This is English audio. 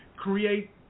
create